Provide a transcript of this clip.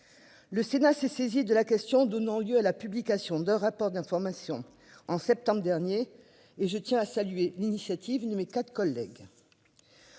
Le Sénat s'est saisi de la question, donnant lieu à la publication d'un rapport d'information en septembre dernier et je tiens à saluer l'initiative ne mes quatre collègues.